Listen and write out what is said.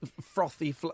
frothy